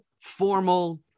formal